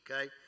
okay